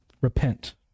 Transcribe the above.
repent